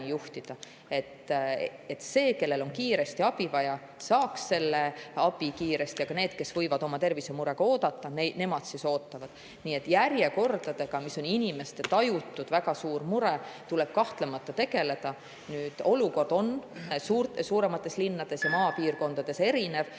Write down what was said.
see, kellel on kiiresti abi vaja, saaks selle abi kiiresti, aga need, kes võivad oma tervisemurega oodata, ootaksid. Nii et järjekordadega, mida inimesed tajuvad väga suure murena, tuleb kahtlemata tegeleda. Olukord on suuremates linnades ja maapiirkondades erinev.